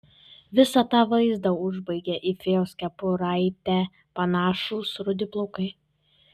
visą tą vaizdą užbaigė į fėjos kepuraitę panašūs rudi plaukai